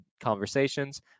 conversations